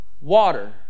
water